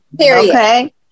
Okay